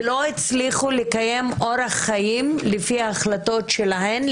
ולא הצליחו לקיים אורח חיים לפי ההחלטות שלהן,